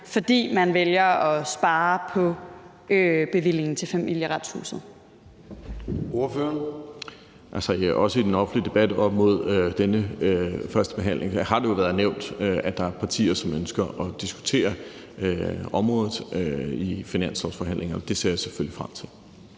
fordi man vælger at spare på bevillingen til Familieretshuset?